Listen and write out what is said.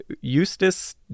eustace